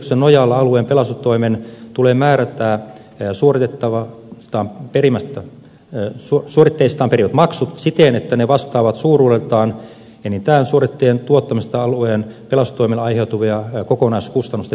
lakiehdotuksen nojalla alueen pelastustoimen tulee määrittää ja suoritettava setan perimmäisiä määrätä suoritteistaan perimänsä maksut siten että ne vastaavat suuruudeltaan enintään suoritteen tuottamisesta alueen pelastustoimelle aiheutuneiden kokonaiskustannusten määrää